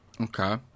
Okay